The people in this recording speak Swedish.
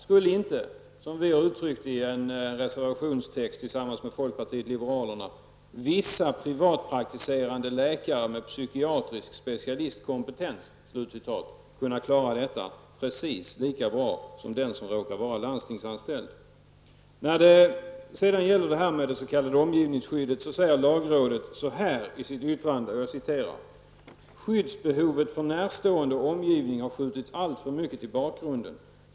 Skulle inte -- och detta har vi gett uttryck för i en reservation som vi har gemensamt med folkpartiet liberalerna -- ''vissa privatpraktiserande läkare med psykiatrisk specialistkompetens'' kunna klara detta precis lika bra som den som råkar vara landstingsanställd? När det gäller det s.k. omgivningsskyddet säger lagrådet: Skyddsbehovet för närstående och omgivning har skjutits alltför mycket i bakgrunden.